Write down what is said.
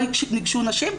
לא ניגשו נשים?